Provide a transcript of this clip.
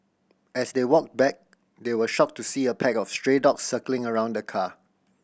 as they walked back they were shocked to see a pack of stray dogs circling around the car